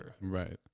Right